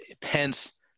Pence